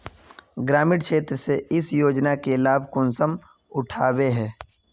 ग्रामीण क्षेत्र में इस योजना के लाभ कुंसम उठावे है?